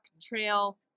Trail